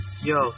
yo